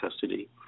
custody